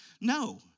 No